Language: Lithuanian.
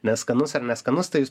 neskanus ar neskanus tai jūs